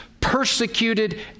persecuted